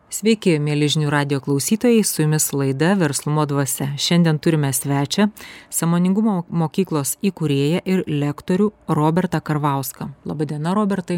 sveiki mieli žinių radijo klausytojai su jumis laida verslumo dvasia šiandien turime svečią sąmoningumo mokyklos įkūrėją ir lektorių robertą karvauską laba diena robertai